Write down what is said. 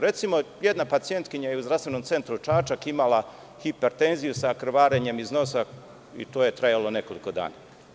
Recimo, jedna pacijentkinja je u Zdravstvenom centru Čačak imala hipertenziju sa krvarenjem iz nosa i to je trajalo nekoliko dana.